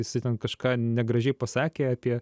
jisai ten kažką negražiai pasakė apie